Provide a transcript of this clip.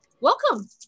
Welcome